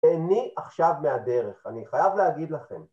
תהני עכשיו מהדרך, אני חייב להגיד לכם